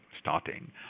starting